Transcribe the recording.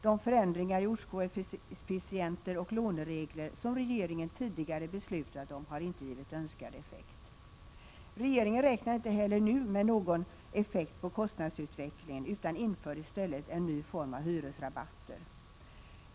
De förändringar i ortskoefficienter och låneregler som regeringen tidigare har beslutat om har inte givit önskad effekt. Regeringen räknar inte heller nu med någon effekt på kostnadsutvecklingen utan inför i stället en ny form av hyresrabatter.